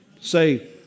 Say